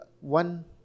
one